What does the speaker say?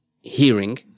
hearing